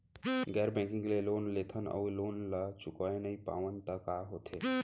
गैर बैंकिंग ले लोन लेथन अऊ लोन ल चुका नहीं पावन त का होथे?